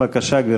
בבקשה, גברתי.